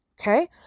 okay